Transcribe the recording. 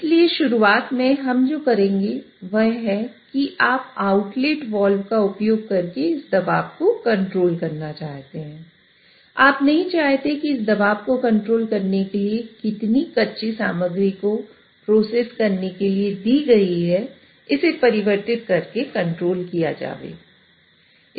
इसलिए शुरुआत में हम जो करेंगे वह है कि आप आउटलेट वाल्व का उपयोग करके दबाव को कंट्रोल करना चाहते हैं आप नहीं चाहते कि इस दबाव को कंट्रोल करने के लिए कितनी कच्ची सामग्री प्रोसेस करने के लिए दी गई है इसे परिवर्तित करके कंट्रोल किया जावे